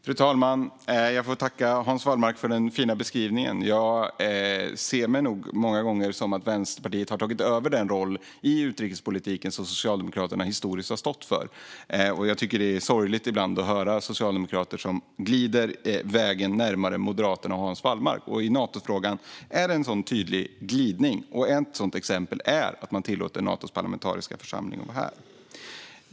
Fru talman! Jag får tacka Hans Wallmark för den fina beskrivningen. Jag ser det nog som att Vänsterpartiet har tagit över den roll i utrikespolitiken som Socialdemokraterna historiskt har stått för. Jag tycker att det är sorgligt ibland att höra socialdemokrater som glider närmare Moderaterna och Hans Wallmark. I Natofrågan är det en tydlig sådan glidning. Ett exempel är att man tillåter Natos parlamentariska församling att vara här.